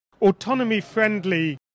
autonomy-friendly